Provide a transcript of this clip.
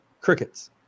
Crickets